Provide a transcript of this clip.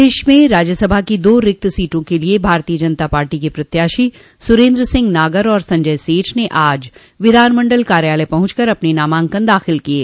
प्रदेश में राज्यसभा की दो रिक्त सीटों के लिये भारतीय जनता पार्टी के प्रत्याशी सुरेन्द्र सिंह नागर और संजय सेठ ने आज विधान मंडल कार्यालय पहुंच कर अपने नामांकन दाखिल किये